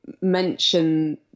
mention